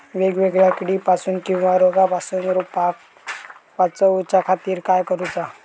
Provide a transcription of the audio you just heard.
वेगवेगल्या किडीपासून किवा रोगापासून रोपाक वाचउच्या खातीर काय करूचा?